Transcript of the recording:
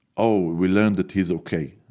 oh, we learned that he is okay.